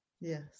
Yes